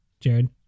Jared